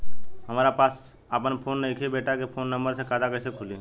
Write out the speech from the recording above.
हमरा पास आपन फोन नईखे बेटा के फोन नंबर से खाता कइसे खुली?